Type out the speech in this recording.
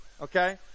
okay